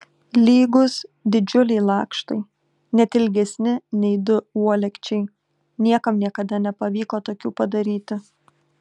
lygūs didžiuliai lakštai net ilgesni nei du uolekčiai niekam niekada nepavyko tokių padaryti